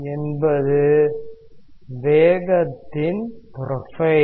என்பது வேகத்தின் ப்ரொபைல்